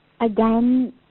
again